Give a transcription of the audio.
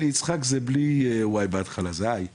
יצחק לא עם I בהתחלה אלא עם Y,